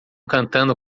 cantando